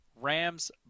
Rams